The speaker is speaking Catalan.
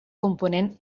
component